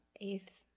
eighth